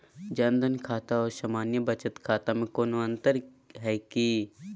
जन धन खाता और सामान्य बचत खाता में कोनो अंतर है की?